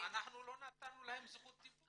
אנחנו לא נתנו להם זכות דיבור.